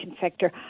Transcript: sector